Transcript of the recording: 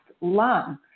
lung